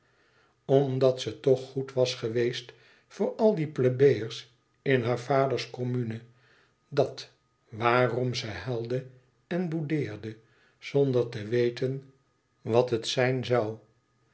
omdat ze toch goed was geweest voor al die plebejers in haar vaders commune dat waarom ze huilde en boudeerde zonder te weten wat het zijn zoû